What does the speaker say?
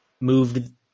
moved